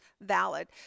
valid